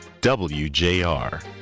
WJR